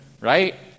right